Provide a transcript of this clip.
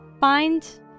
find